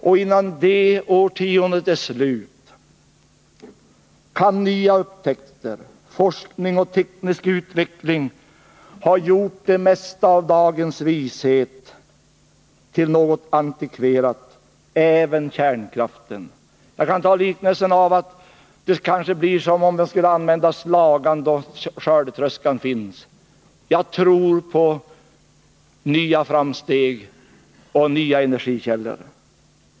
Och innan det årtiondet är slut kan nya upptäckter, forskning och teknisk utveckling ha gjort det mesta av dagens vishet till något antikverat— även kärnkraften. Det kanske blir som om vi skulle använda slaga när skördetröskan finns. Jag tror på nya framsteg och nya energikällor.